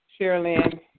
Sherilyn